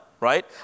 right